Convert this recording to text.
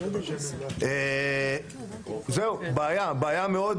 זהו, בעיה.